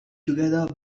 together